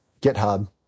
GitHub